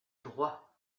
droits